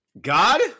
God